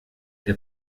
der